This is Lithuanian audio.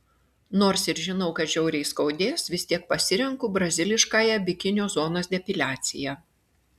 nors ir žinau kad žiauriai skaudės vis tiek pasirenku braziliškąją bikinio zonos depiliaciją